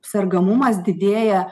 sergamumas didėja